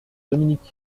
dominique